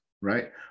right